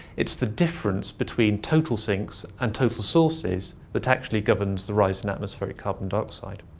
it's the difference between total sinks and total sources that actually governs the rise in atmospheric carbon dioxide.